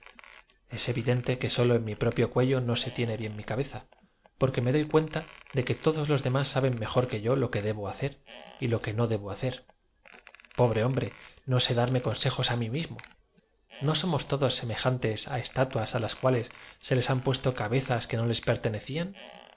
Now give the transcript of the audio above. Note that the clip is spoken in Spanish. s evidente que sólo en mi propio cuello no se tiene bien m i cabeza porque me doy cuenta de que todos los demás saben m o r que yo lo que debo hacer y lo que no debo hacer pobre hombre no sé darme con sejos á mi mismo o somos todos semejantes á es tatúas á las cuales se les han puesto cabezas quo no les pertenecían